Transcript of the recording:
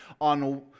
on